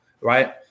right